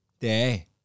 day